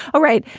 all right,